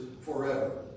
forever